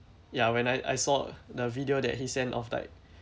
ya when I I saw the video that he sent off like